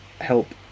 help